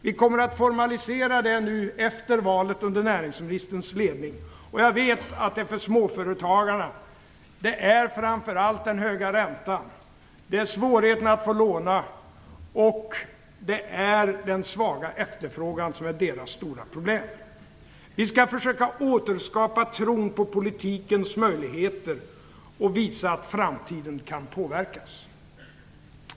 Vi kommer att formalisera det nu efter valet under näringsministerns ledning. Jag vet att det för småföretagarna framför allt är den höga räntan, svårigheterna att få låna och den svaga efterfrågan som är det stora problemet. Vi skall försöka återskapa tron på politikens möjligheter och visa att framtiden kan påverkas.